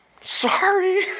Sorry